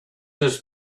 his